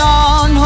on